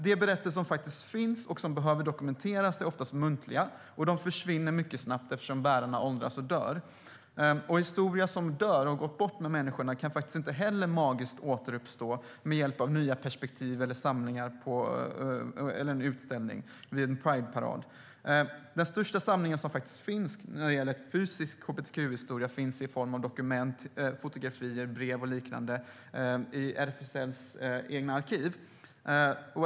De berättelser som finns och som behöver dokumenteras är oftast muntliga, och de försvinner mycket snabbt eftersom bärarna åldras och dör. Historia som dör och som har gått bort med människorna kan inte heller magiskt återuppstå med hjälp av nya perspektiv, en utställning eller en prideparad. Den största samlingen som finns av fysisk hbtq-historia finns i form av dokument, fotografier, brev och liknande i RFSL:s egna arkiv.